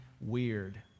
weird